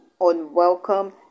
unwelcome